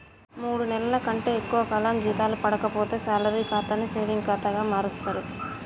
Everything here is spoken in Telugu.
మూడు నెలల కంటే ఎక్కువ కాలం జీతాలు పడక పోతే శాలరీ ఖాతాని సేవింగ్ ఖాతా మారుస్తరు